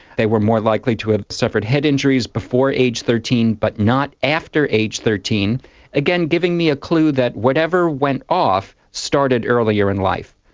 they were more likely to have suffered head injuries before age thirteen but not after age thirteen again giving me a clue that whatever went off started earlier in life.